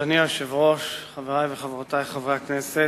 אדוני היושב-ראש, חברי וחברותי חברי הכנסת,